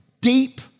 deep